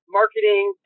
marketing